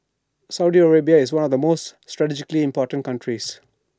Saudi Arabia is one of the world's most strategically important countries